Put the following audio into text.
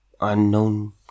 unknown